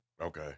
Okay